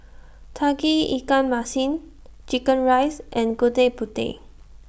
Tauge Ikan Masin Chicken Rice and Gudeg Putih